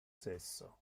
sesso